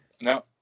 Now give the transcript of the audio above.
No